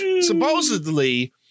supposedly